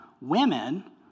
women